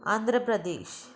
Andhra Pradesh